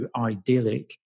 idyllic